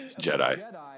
Jedi